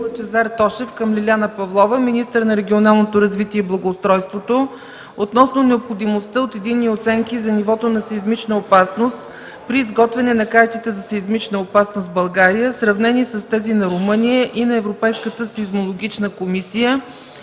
Лъчезар Тошев към Лиляна Павлова – министър на регионалното развитие и благоустройството, относно необходимостта от единни оценки за нивото на сеизмична опасност при изготвяне на картите за сеизмична опасност в България, сравнени с тези на Румъния и на Европейската сеизмологична комисия